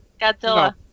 Godzilla